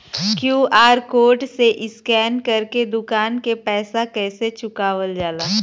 QR code से scan कर के दुकान के पैसा कैसे चुकावल जाला?